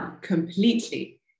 completely